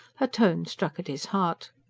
her tone struck at his heart.